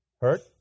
Hurt